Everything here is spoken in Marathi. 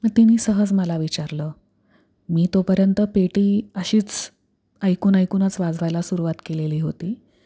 मग तिने सहज मला विचारलं मी तोपर्यंत पेटी अशीच ऐकून ऐकूनच वाजवायला सुरवात केलेली होती